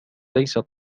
ليست